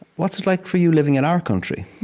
what's it like for you living in our country?